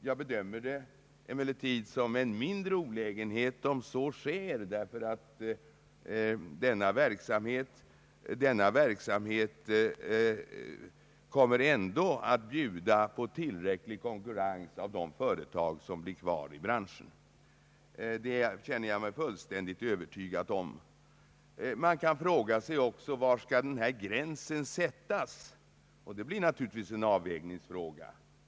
Jag bedömer det emellertid som en mindre olägenhet, om så sker, eftersom denna verksamhet ändå kommer att bjuda på tillräcklig konkurrens mellan de företag som blir kvar i branschen. Detta känner jag mig helt övertygad om. Man kan också fråga sig var gränsen för garantibeloppet skall sättas. Det blir naturligtvis en avvägningsfråga.